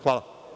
Hvala.